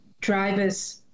drivers